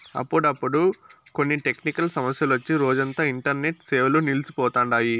అప్పుడప్పుడు కొన్ని టెక్నికల్ సమస్యలొచ్చి రోజంతా ఇంటర్నెట్ సేవలు నిల్సి పోతండాయి